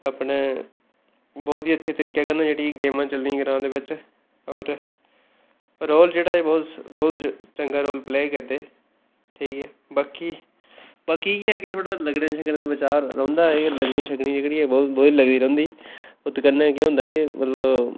अपने बौह्त ही अच्छे तरीके कन्नै गेमां जेह्ड़ी चलदियां ग्रांऽ दे बिच्च होर रोल जेह्ड़ा ऐ बौह्त एह् बौह्त चंगा रोल प्ले करदे ठीक ऐ बाकी बाकी इ'यै ऐ कि थोह्ड़ा लग्गने शग्गने दा बचा रौंह्दा ऐ कि लग्गनी छग्गनी जेह्ड़ी ऐ लगदी शगदी रौंह्दी उत्त कन्नै केह् होंदा के मतलब